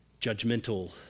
judgmental